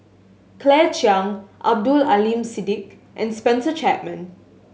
Claire Chiang Abdul Aleem Siddique and Spencer Chapman